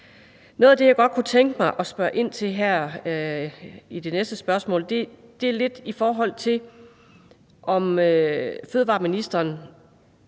Det, jeg godt kunne tænke mig at spørge ind til her i det næste spørgsmål, er, om fødevareministeren